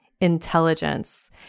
intelligence